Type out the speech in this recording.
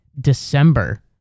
december